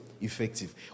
Effective